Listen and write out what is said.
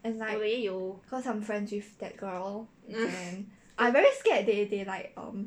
and like cause I'm friends with that girl then I very scared they they like um